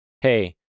hey